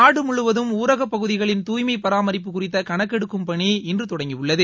நாடு முழுவதும் ஊரக பகுதிகளின் தூய்மை பராமரிப்பு குறித்த கணக்கெடுக்கும் பணி இன்று தொடங்கியுள்ளது